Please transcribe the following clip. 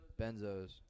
Benzos